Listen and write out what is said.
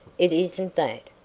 it isn't that.